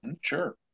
Sure